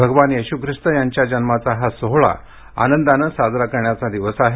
भगवान येशू ख्रिस्त यांच्या जन्माचा हा सोहळा आनंदानं साजरा करण्याचा हा दिवस आहे